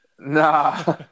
Nah